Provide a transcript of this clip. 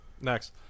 Next